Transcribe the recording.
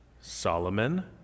Solomon